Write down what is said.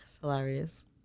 hilarious